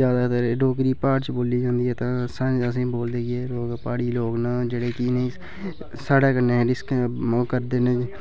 जैदातर डोगरी प्हाड़ गै बोल्ली जंदी ऐ तां असें ई बोलदे कि एह् लोक प्हाड़ी लोक बोलना कि जेह्ड़े इनें ई साढ़े कन्ने इस करी करदे न